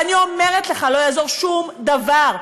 ואני אומרת לך: לא יעזור שום דבר.